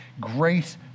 grace